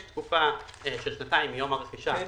יש תקופה של שנתיים מיום הרכישה בה